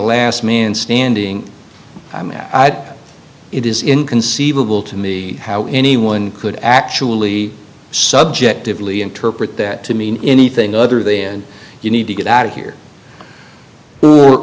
last man standing it is inconceivable to me how anyone could actually subjectively interpret that to mean anything other then you need to get out of here